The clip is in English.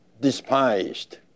despised